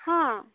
ହଁ